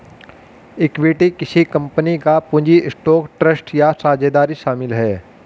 equity किसी company का पूंजी स्टॉक ट्रस्ट या साझेदारी शामिल है